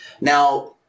Now